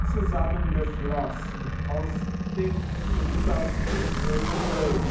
zusammengeflossen aus dem untersten pöbel